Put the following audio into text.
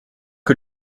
que